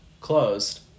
closed